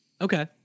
okay